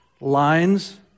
lines